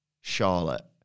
Charlotte